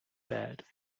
bad